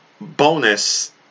bonus